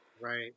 Right